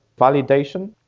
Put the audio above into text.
validation